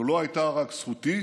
זו לא הייתה רק זכותי,